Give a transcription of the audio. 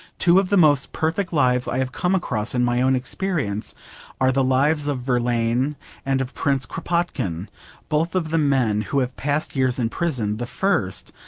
two of the most perfect lives i have come across in my own experience are the lives of verlaine and of prince kropotkin both of them men who have passed years in prison the first,